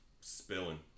spilling